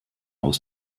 aus